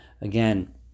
again